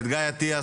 את גיא אטיאס,